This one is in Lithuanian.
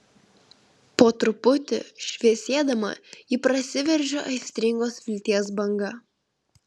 po truputį šviesėdama ji prasiveržia aistringos vilties banga